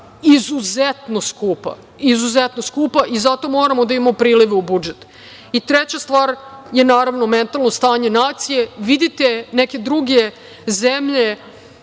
izuzetno skupa. Zato moramo da imamo prilive u budžet. Treća stvar je, naravno, mentalno stanje nacije. Vidite neke druge zemlje